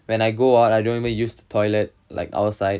when I go out I don't even use the toilet outside